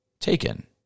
taken